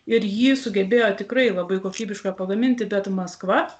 ir jį sugebėjo tikrai labai kokybišką pagaminti bet maskva